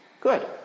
Good